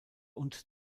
und